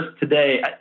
today